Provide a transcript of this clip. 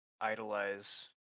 idolize